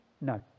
No